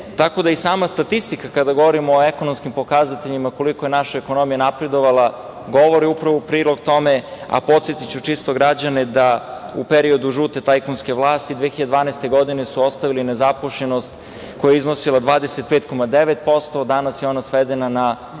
cene. Tako da i sama statistika, kada govorimo o ekonomskim pokazateljima koliko je naša ekonomija napredovala, govori upravo u prilog tome, a podsetiću čisto građane da u periodu žute tajkuske vlasti 2012. godine su ostavili nezaposlenost koja je iznosila 25,9%, a danas je ona svedena na